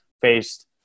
faced